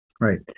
Right